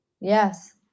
Yes